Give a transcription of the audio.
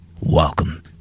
Welcome